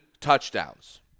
touchdowns